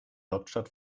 hauptstadt